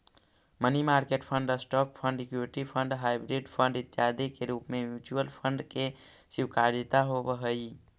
money market fund, stock fund, equity fund, hybrid fund इत्यादि के रूप में म्यूचुअल फंड के स्वीकार्यता होवऽ हई